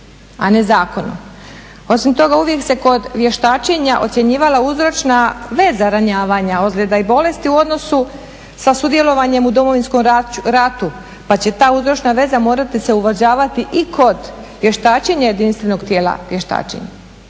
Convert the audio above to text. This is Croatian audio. a ne zakonom. Osim toga uvijek se kod vještačenja ocjenjivala uzročna veza ranjavanja ozljeda i bolesti u odnosu sa sudjelovanjem u Domovinskom ratu pa će ta uzročna veza morati se uvažavati i kod vještačenja jedinstvenog dijela vještačenja.